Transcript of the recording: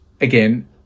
again